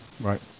right